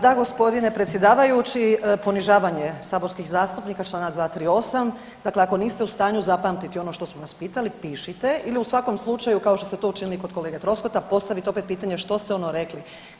Da, g. predsjedavajući, ponižavanje saborskih zastupnika, čl. 238, dakle ako niste u stanju zapamtiti ono što su vas pitali, pišite ili u svakom slučaju, kao što ste to učinili kod kolege Troskota, postavite opet pitanje što ste ono rekli.